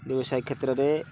ବ୍ୟବସାୟୀ କ୍ଷେତ୍ରରେ